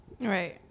right